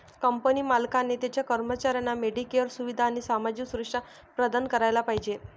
company मालकाने त्याच्या कर्मचाऱ्यांना मेडिकेअर सुविधा आणि सामाजिक सुरक्षा प्रदान करायला पाहिजे